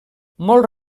molts